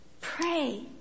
pray